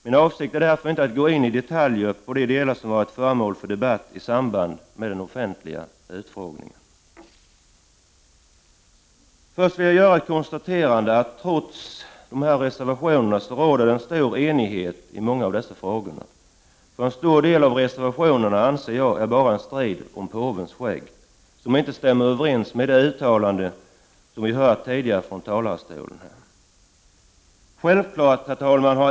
Min avsikt är därför att inte gå in i detalj på de delar som varit föremål för debatt i samband med den offentliga utfrågningen. Jag vill först konstatera att det trots reservationerna råder en stor enighet i många av dessa frågor. Jag anser att en stor del av reservationerna bara är en tvist om påvens skägg, som inte stämmer överens med de uttalanden som vi tidigare hört här från talarstolen. Herr talman!